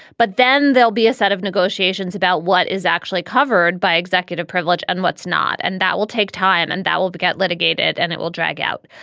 but then there'll be a set of negotiations about what is actually covered by executive privilege and what's not. and that will take time and that will get litigated and it will drag out.